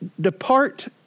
depart